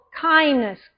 kindness